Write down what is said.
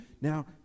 Now